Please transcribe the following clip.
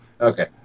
Okay